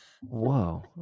Whoa